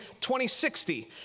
2060